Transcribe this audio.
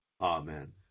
Amen